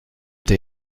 der